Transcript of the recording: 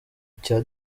cya